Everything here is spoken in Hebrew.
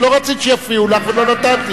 את לא רצית שיפריעו לך ולא נתתי.